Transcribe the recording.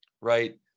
right